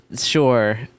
Sure